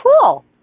cool